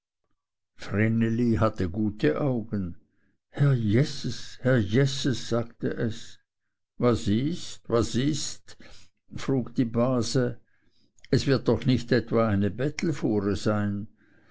vreneli hatte gute augen herr jeses herr jeses sagte es was ist was ist frug die base es wird doch nicht etwa eine bettelfuhre sein